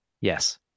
Yes